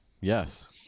yes